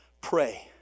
pray